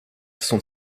sont